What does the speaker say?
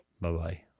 Bye-bye